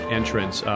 entrance